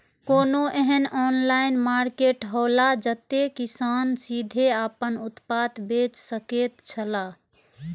कोनो एहन online market हौला जते किसान सीधे आपन उत्पाद बेच सकेत छला?